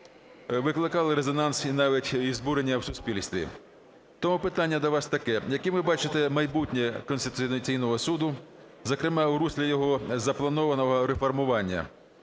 викликали резонанс і навіть збурення в суспільстві. То питання до вас таке. Яким ви бачите майбутнє Конституційного Суду, зокрема у руслі його запланованого реформування?